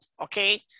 Okay